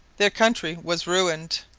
their country was ruined.